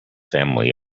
family